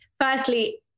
firstly